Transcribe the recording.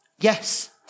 Yes